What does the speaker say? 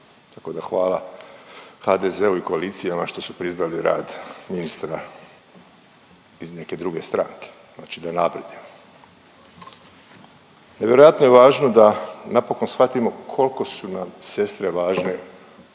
tako da hvala HDZ-u i koalicijama što su priznali rad ministra iz neke druge stranke. Znači da napredujemo. Nevjerojatno je važno da napokon shvatimo koliko su nam sestre važne